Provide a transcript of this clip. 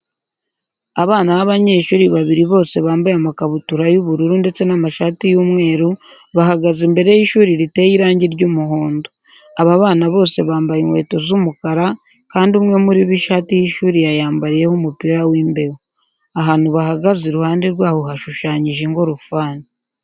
Abana b'abanyeshuri babiri bose bambaye amakabutura y'ubururu ndetse n'amashati y'umweru, bahagaze imbere y'ishuri riteye irangi ry'umuhondo. Aba bana bose bambaye inkweto z'umukara kandi umwe muri bo ishati y'ishuri yayambariyeho umupira w'imbeho. Ahantu bahagaze iruhande rwaho hashushanyije ingorofani.